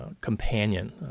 companion